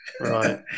Right